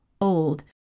old